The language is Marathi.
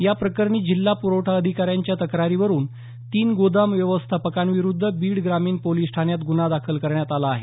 या प्रकरणी जिल्हा प्रवठा अधिकाऱ्यांच्या तक्रारीवरून तीन गोदाम व्यवस्थापंका विरूद्ध बीड ग्रामीण पोलिस ठाण्यात ग्रन्हा दाखल करप्यात आला आहे